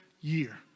year